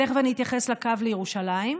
תכף אתייחס לקו לירושלים.